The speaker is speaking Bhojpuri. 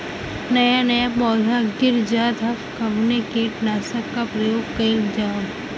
नया नया पौधा गिर जात हव कवने कीट नाशक क प्रयोग कइल जाव?